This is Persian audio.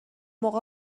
موقع